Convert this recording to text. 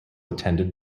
attended